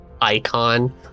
icon